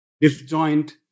disjoint